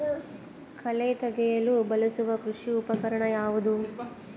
ಕಳೆ ತೆಗೆಯಲು ಬಳಸುವ ಕೃಷಿ ಉಪಕರಣ ಯಾವುದು?